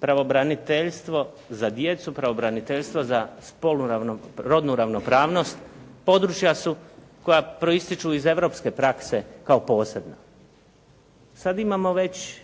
Pravobraniteljstvo za djecu, pravobraniteljstvo za rodnu ravnopravnost područja su koja proistječu iz europske prakse kao posebna. Sad imamo već